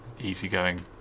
easygoing